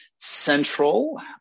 Central